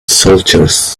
soldiers